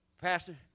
Pastor